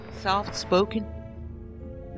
soft-spoken